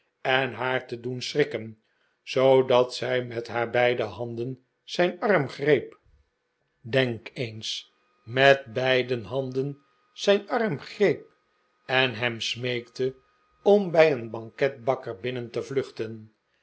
en haar te doen schrikken zoodat zij met haar beide handen zijn arm greep denk eens met beide handen zijn arm greep en hem smeekte om bij een banketbakker binnen te vluchten